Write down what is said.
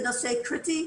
זה נושא קריטי,